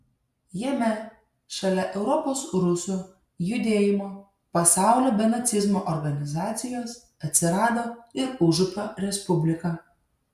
jame šalia europos rusų judėjimo pasaulio be nacizmo organizacijos atsirado ir užupio respublika